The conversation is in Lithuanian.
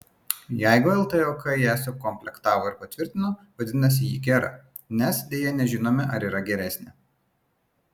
jeigu ltok ją sukomplektavo ir patvirtino vadinasi ji gera nes deja nežinome ar yra geresnė